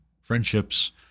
friendships